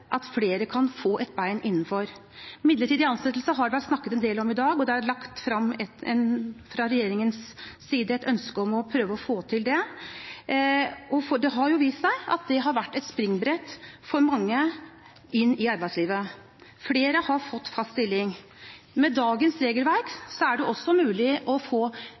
hjelpe flere til å få et bein innenfor. Midlertidig ansettelse har det vært snakket en del om i dag. Fra regjeringens side er det lagt frem et ønske om å prøve å få til det. Det har jo vist seg at det har vært et springbrett inn i arbeidslivet for mange – flere har fått fast stilling. Med dagens regelverk er det mulig å få